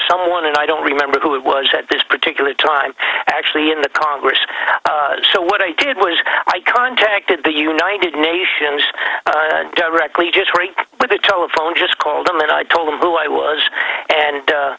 someone and i don't remember who it was at this particular time actually in the congress so what i did was i contacted the united nations directly jittering with the telephone just call them and i told them who i was and